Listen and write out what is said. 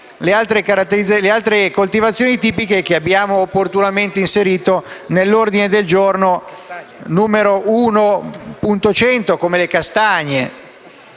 le altre coltivazioni tipiche che abbiamo opportunamente inserito nell'ordine del giorno G1.100, come le castagne.